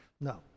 no